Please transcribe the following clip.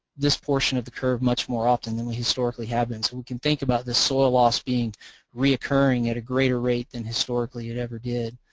this portion of the curve much more often than we historically have been. so we can think about this soil loss being re occurring at a greater rate than historically it ever did.